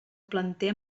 planter